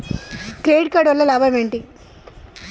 Credit card వల్ల లాభం ఏంటి?